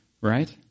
Right